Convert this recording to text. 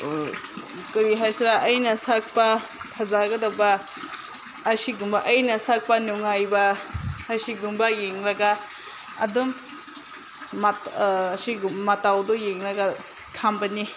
ꯀꯔꯤ ꯍꯥꯏꯁꯤꯔ ꯑꯩꯅ ꯁꯛꯄ ꯐꯖꯒꯗꯕ ꯑꯁꯤꯒꯨꯝꯕ ꯑꯩꯅ ꯁꯛꯄ ꯅꯨꯡꯉꯥꯏꯕ ꯑꯁꯤꯒꯨꯝꯕ ꯌꯦꯡꯂꯒ ꯑꯗꯨꯝ ꯃꯇꯧꯗꯣ ꯌꯦꯡꯂꯒ ꯈꯟꯕꯅꯤ